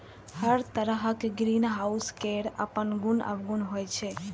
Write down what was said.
हर तरहक ग्रीनहाउस केर अपन गुण अवगुण होइ छै